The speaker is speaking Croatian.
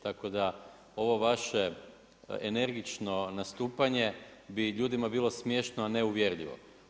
Tako da ovo vaše energično nastupanje bi ljudima bilo smiješno a ne uvjerljivo.